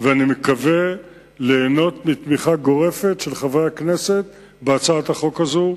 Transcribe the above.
אני מקווה ליהנות מתמיכה גורפת של חברי הכנסת בהצעת החוק הזאת.